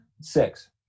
Six